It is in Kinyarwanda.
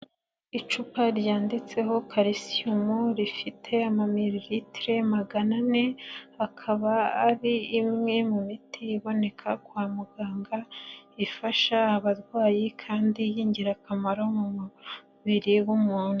Icupa ryanditseho kalisiyuumu rifite amamilitire magana ane, akaba ari imwe mu miti iboneka kwa muganga ifasha abarwayi kandi b'ingirakamaro mu mubiri w'umuntu.